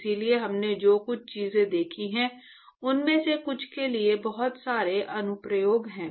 इसलिए हमने जो कुछ चीजें देखी हैं उनमें से कुछ के लिए बहुत सारे अनुप्रयोग हैं